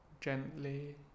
gently